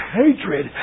hatred